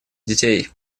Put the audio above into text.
детей